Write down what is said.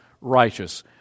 righteous